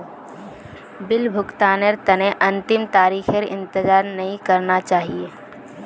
bill भुगतानेर तने अंतिम तारीखेर इंतजार नइ करना चाहिए